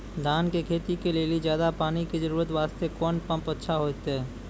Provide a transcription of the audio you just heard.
धान के खेती के लेली ज्यादा पानी के जरूरत वास्ते कोंन पम्प अच्छा होइते?